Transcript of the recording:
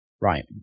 Right